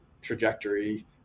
trajectory